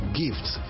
gifts